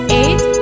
eight